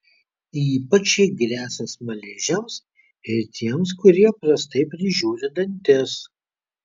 ypač ji gresia smaližiams ir tiems kurie prastai prižiūri dantis